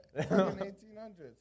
1800s